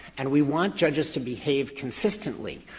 and we want judges to behave consistently.